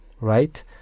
right